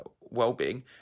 well-being